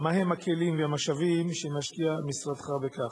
מה הם הכלים והמשאבים שמשקיע משרדך בכך?